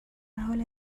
حال